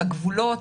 את הגבולות,